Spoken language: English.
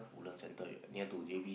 Woodland-Centre near to J_B